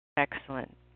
Excellent